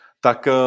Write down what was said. Tak